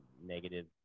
negative